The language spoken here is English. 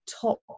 top